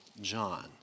John